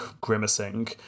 grimacing